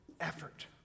effort